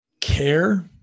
care